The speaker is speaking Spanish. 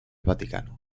vaticano